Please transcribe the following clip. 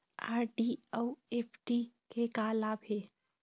RD अऊ FD के का लाभ हे?